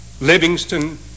Livingston